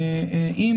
אם